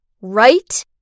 Right